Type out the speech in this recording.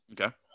okay